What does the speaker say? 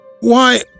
Why